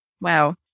Wow